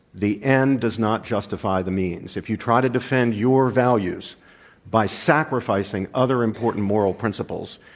the end does not justify the means. if you try to defend your values by sacrificing other important moral principles,